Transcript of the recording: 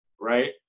Right